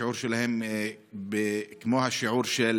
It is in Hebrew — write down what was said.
השיעור שלהם הוא כמו השיעור של